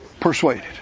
persuaded